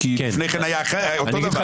לפני כן היה אותו דבר.